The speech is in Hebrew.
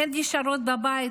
הן נשארות בבית,